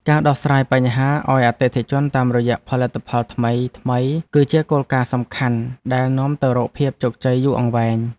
ការដោះស្រាយបញ្ហាឱ្យអតិថិជនតាមរយៈផលិតផលថ្មីៗ គឺជាគោលការណ៍សំខាន់ដែលនាំទៅរកភាពជោគជ័យយូរអង្វែង។